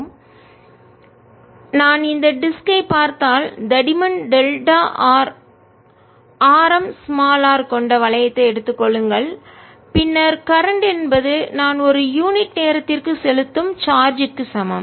Bz 0I2 r2r2z232 எனவே நான் இந்த டிஸ்க்வட்டு ஐ பார்த்தால் தடிமன் டெல்டா r ஆரம் r கொண்ட வளையத்தை எடுத்துக் கொள்ளுங்கள் பின்னர் கரண்ட் என்பது நான் ஒரு யூனிட் நேரத்திற்கு செலுத்தும் சார்ஜ் க்கு சமம்